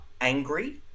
angry